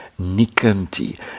Nikanti